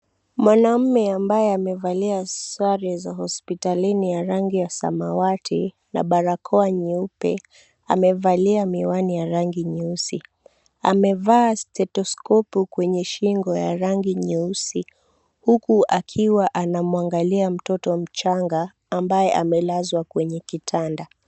Mwanaume ambaye amevalia sare za hospitalini ya rangi ya samawati na barakoa nyeupe, amevalia miwani ya rangi nyeusi. Amevaa stethoscope kwenye shingo ya rangi nyeusi, huku akiwa anamwangalia mtoto mchanga ambaye amelazwa kwenye kitanda.